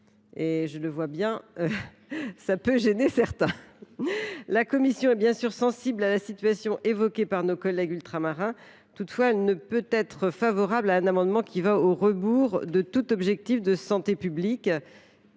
Je vois bien que cela peut gêner certains. La commission est évidemment sensible à la situation évoquée par nos collègues ultramarins, mais elle ne peut être favorable à des amendements qui vont au rebours de tout objectif de santé publique.